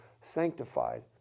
sanctified